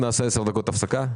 נעשה הפסקה של עשר דקות.